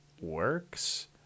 works